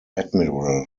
admiral